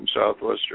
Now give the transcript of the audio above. southwestern